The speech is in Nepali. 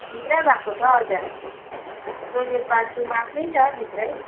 भित्र भएको छ हजुर टोइलेट बाथरुम आफ्नै छ भित्रै